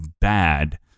bad